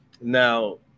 Now